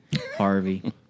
Harvey